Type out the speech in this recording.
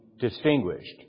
distinguished